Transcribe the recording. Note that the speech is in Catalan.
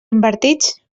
invertits